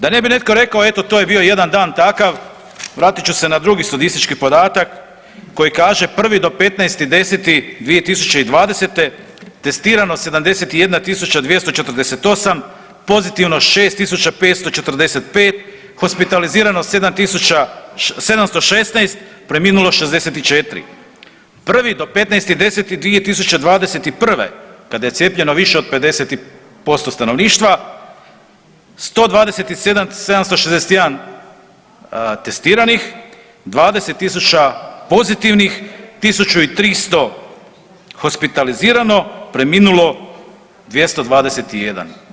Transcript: Da ne bi netko rekao eto je bio jedan dan takav vratit ću se na drugi statistički podatak koji kaže 1. do 15.10.2020. testirano 71.248, pozitivno 6.545, hospitalizirano 716, preminulo 64. 1.do 15.10.2021. kada je cijepljeno više od 50% stanovništva, 127.761 testiranih, 20.000 pozitivnih, 1.300 hospitalizirano, preminulo 221.